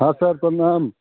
हाँ सर प्रणाम